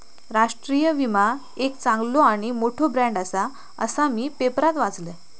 राष्ट्रीय विमा एक चांगलो आणि मोठो ब्रँड आसा, असा मी पेपरात वाचलंय